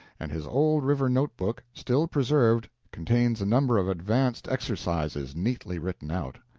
and his old river note-book, still preserved, contains a number of advanced exercises, neatly written out.